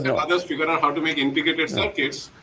you know others figure out how to make integrated circuits,